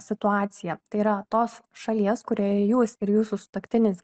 situaciją tai yra tos šalies kurioje jūs ir jūsų sutuoktinis